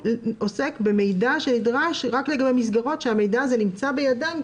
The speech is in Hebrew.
תקנה משנה (ב) עוסקת במידע שנדרש רק לגבי מסגרות שהמידע הזה נמצא בידן,